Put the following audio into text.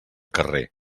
carrer